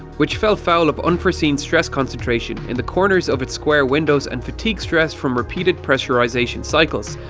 which fell foul of unforeseen stress concentration in the corners of it's square windows and fatigue stress from repeated pressurisation cycles,